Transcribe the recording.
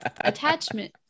attachment